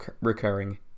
recurring